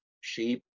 sheep